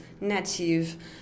native